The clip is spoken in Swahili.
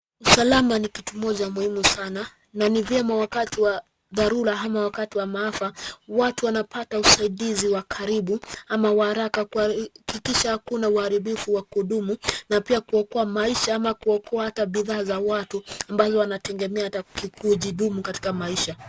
Usalama ni kitu Moja muhimu sana .Na ni vyema wakati wa dharura ama wakati wa maafa ,watu wanapata usaidizi wa karibu ,ama wa haraka kuhakikisha hakuna uharibifu wa kudumu na pia kuokoa maisha ,ama kuokoa hata bidhaa za watu, ambazo wanategemea hata kujidumu katika maisha.